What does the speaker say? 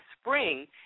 spring